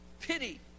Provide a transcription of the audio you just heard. pity